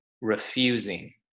refusing